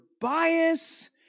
bias